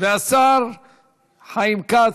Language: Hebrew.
והשר חיים כץ,